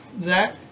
Zach